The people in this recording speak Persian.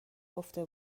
گفته